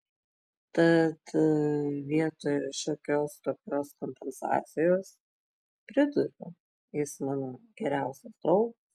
tad vietoj šiokios tokios kompensacijos priduriu jis mano geriausias draugas